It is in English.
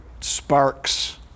sparks